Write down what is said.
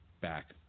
back